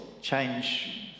change